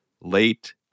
late